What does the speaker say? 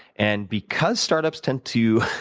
and because startups tend to